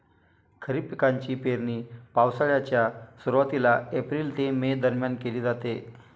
खरीप पिकांची पेरणी पावसाळ्याच्या सुरुवातीला एप्रिल ते मे दरम्यान केली जाते